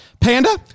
Panda